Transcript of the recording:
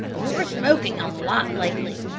you're smoking a lot lately,